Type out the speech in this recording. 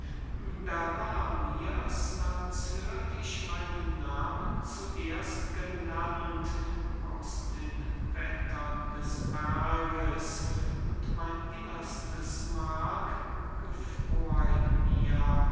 da war mir's als hört ich meinen namen zuerst genannt aus den wettern des berges und mein innerstes mark gefror in mir